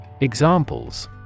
Examples